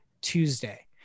Tuesday